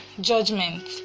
judgment